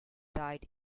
died